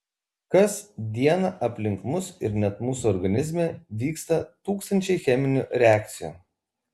kas dieną aplink mus ir net mūsų organizme vyksta tūkstančiai cheminių reakcijų